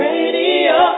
Radio